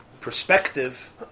perspective